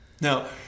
Now